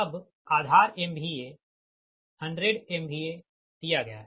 अब आधार MVA 100 MVA दिया गया है